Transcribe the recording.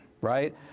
right